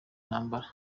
ntambara